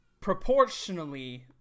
proportionally